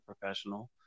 professional